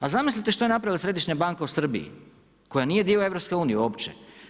Pa zamislite što je napravila Središnja banka u Srbiji koja nije dio EU uopće.